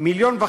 1.5 מיליון,